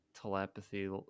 telepathy